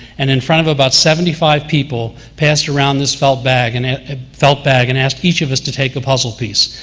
and in front of about seventy five people passed around this felt bag and ah ah felt bag and asked each of us to take a puzzle piece.